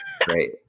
great